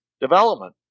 Development